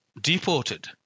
deported